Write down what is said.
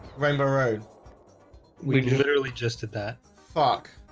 rainbow road we literally just did that fuck